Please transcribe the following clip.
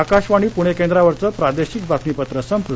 आकाशवाणी प्णे केंद्रावरचं प्रादेशिक बातमीपत्र संपलं